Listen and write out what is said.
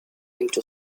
into